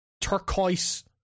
turquoise